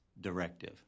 directive